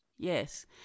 Yes